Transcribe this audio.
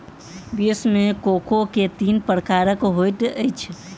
विश्व मे कोको के तीन प्रकार होइत अछि